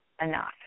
enough